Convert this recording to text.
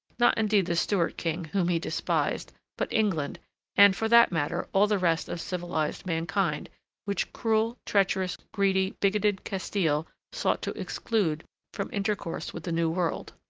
not indeed the stuart king, whom he despised, but england and, for that matter, all the rest of civilized mankind which cruel, treacherous, greedy, bigoted castile sought to exclude from intercourse with the new world.